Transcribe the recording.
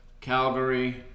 Calgary